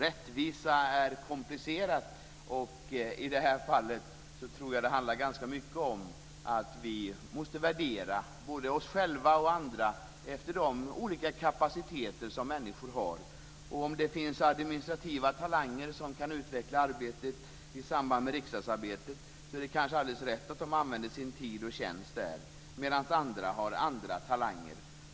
Rättvisa är komplicerat, och i det här fallet handlar det ganska mycket om att vi måste värdera både oss själva och andra efter de olika kapaciteter som människor har. Om det finns administrativa talanger som kan utveckla arbetet i samband med riksdagsarbetet är det kanske helt rätt att de använder sin tid och tjänst där, medan andra har andra talanger.